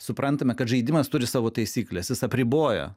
suprantame kad žaidimas turi savo taisykles jis apriboja